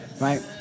right